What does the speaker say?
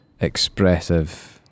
expressive